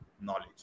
knowledge